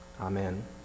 Amen